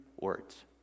words